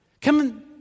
Come